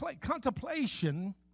contemplation